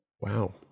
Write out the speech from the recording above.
wow